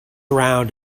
around